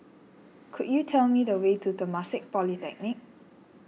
could you tell me the way to Temasek Polytechnic